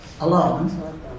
alone